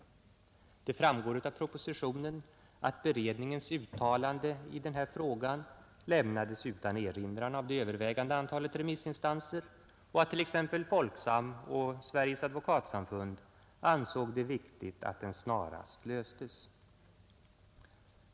Det framgår av propositionen att beredningens uttalande i denna fråga lämnades utan erinran av det övervägande antalet remissinstanser och att t.ex. Folksam och Sveriges advokatsamfund ansåg det viktigt att den snarast löstes.